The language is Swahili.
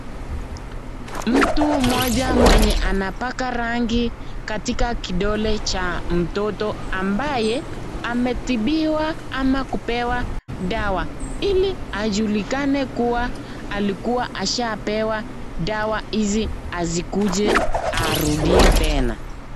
Mtu mmoja mwenye anapaka rangi katika kidole cha mtoto ambaye ametibiwa ama kupewa dawa ili ajulikane kuwa alikuwa ashapewa dawa asikuje arudie tena.